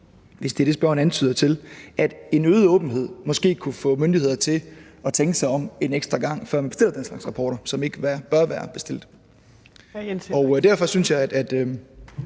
hvis det er det, spørgeren hentyder til – at en øget åbenhed måske kunne få myndigheder til at tænke sig om en ekstra gang, før de bestiller den slags rapporter, som ikke bør blive bestilt. Derfor synes jeg, at